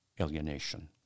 alienation